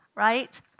right